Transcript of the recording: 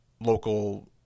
local